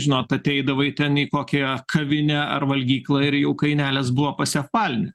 žinot ateidavai ten į kokią kavinę ar valgyklą ir jau kainelės buvo pasiapvalinę